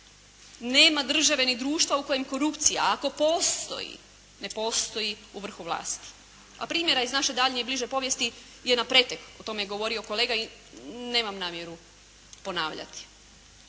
Nema države ni društva u kojem korupcija, ako postoji ne postoji u vrhu vlasti. A primjera iz naše daljnje i bliže povijesti je napretek. O tome je govorio kolega i nemam namjeru ponavljati.